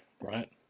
right